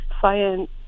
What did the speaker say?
science